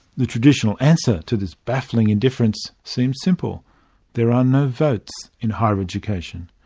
the traditional answer to this baffling indifference seems simple there are no votes in higher education.